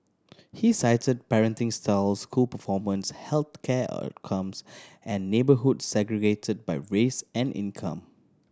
he cited parenting styles school performance health care outcomes and neighbourhoods segregated by race and income